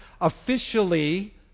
officially